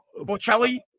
Bocelli